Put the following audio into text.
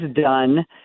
done